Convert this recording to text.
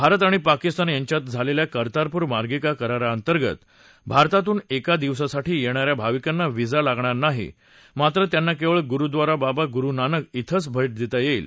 भारत आणि पाकिस्तान यांच्यात झालेल्या कर्तारपूर मार्गिका करारांतर्गत भारतातून एका दिवसासाठी येणाऱ्या भाविकांना व्हिसा लागणार नाही मात्र त्यांना केवळ गुरुद्वारा बाबा गुरू नानक क्विंच भेट देता येईल